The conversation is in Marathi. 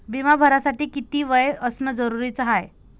बिमा भरासाठी किती वय असनं जरुरीच हाय?